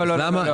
לא.